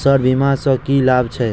Sir बीमा सँ की लाभ छैय?